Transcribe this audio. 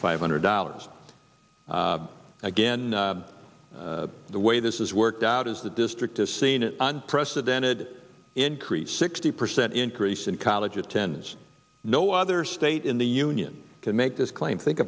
five hundred dollars again the way this is worked out is the district has seen an unprecedented increase sixty percent increase in college attendance no other state in the union can make this claim think